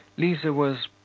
liza was.